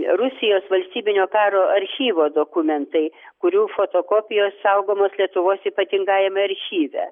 rusijos valstybinio karo archyvo dokumentai kurių fotokopijos saugomos lietuvos ypatingajame archyve